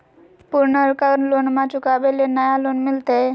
पुर्नका लोनमा चुकाबे ले नया लोन मिलते?